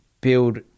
build